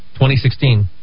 2016